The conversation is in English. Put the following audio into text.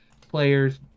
players